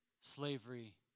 slavery